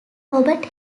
robert